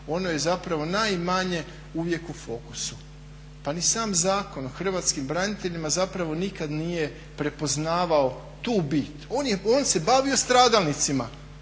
ono je zapravo najmanje uvijek u fokusu. Pa ni sam zakon o hrvatskim braniteljima zapravo nikad nije prepoznavao tu bit. On se bavio stradalnicima